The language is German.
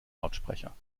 lautsprecher